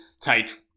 take